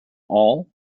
all